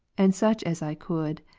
and such as i could,